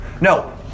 No